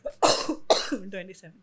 27